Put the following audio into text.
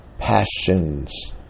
Passions